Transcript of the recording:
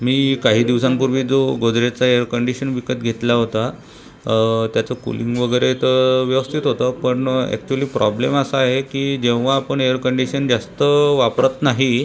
मी काही दिवसांपूर्वी जो गोदरेजचा एअर कंडिशन विकत घेतला होता त्याचं कुलिंग वगैरे तर व्यवस्थित होतं पण ॲक्च्युअली प्रॉब्लेम असा आहे की जेव्हा आपण एअर कंडिशन जास्त वापरत नाही